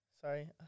Sorry